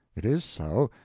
it is so.